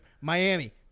Miami